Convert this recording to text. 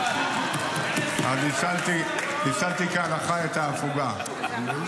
ניצלתי כהלכה את ההפוגה.